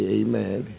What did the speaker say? amen